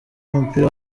w’umupira